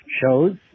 shows